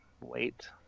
wait